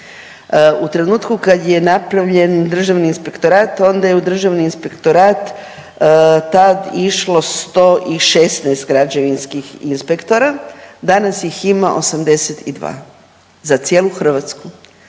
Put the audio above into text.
U trenutku kad je napravljen Državni inspektorat, onda je u Državni inspektorat tad išlo 116 građevinskih inspektora, danas ih ima 82. Za cijelu Hrvatsku,